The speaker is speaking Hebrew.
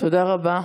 תודה רבה,